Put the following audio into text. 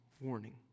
warning